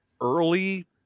early